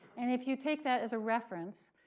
and if you take that as a reference,